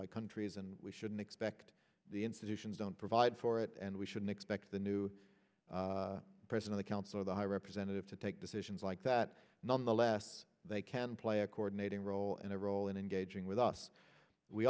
by countries and we shouldn't expect the institutions don't provide for it and we shouldn't expect the new person in the council or the high representative to take decisions like that nonetheless they can play a coordinated role and a role in engaging with us we